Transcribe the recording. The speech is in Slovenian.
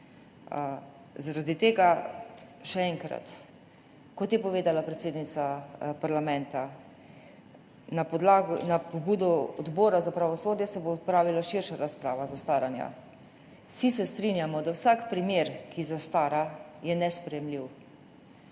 Zaradi tega še enkrat, kot je povedala predsednica parlamenta, na pobudo Odbora za pravosodje se bo opravila širša razprava o zastaranju. Vsi se strinjamo, da je vsak primer, ki zastara, nesprejemljiv.